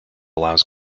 allows